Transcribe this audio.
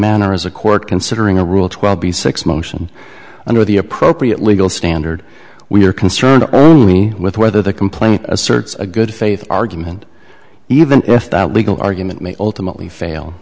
manner as a court considering a rule twelve b six motion under the appropriate legal standard we are concerned only with whether the complaint asserts a good faith argument even if that legal argument may ultimately fail